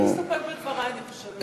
להסתפק בדברי, אני חושבת.